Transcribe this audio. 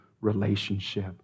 relationship